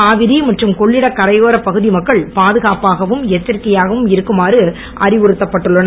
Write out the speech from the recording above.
காவிரி மற்றும் கொள்ளிட கரையோரப் பகுதி மக்கள் பாதுகாப்பாகவும் எச்சரிக்கையுடன் இருக்குமாறு அறிவுறுத்தப்பட்டுள்ளனர்